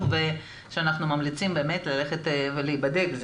ושאנחנו ממליצים באמת ללכת ולהיבדק.